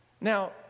Now